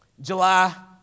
July